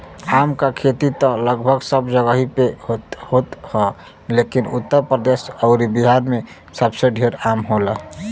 आम क खेती त लगभग सब जगही पे होत ह लेकिन उत्तर प्रदेश अउरी बिहार में सबसे ढेर आम होला